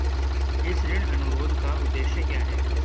इस ऋण अनुरोध का उद्देश्य क्या है?